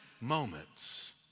moments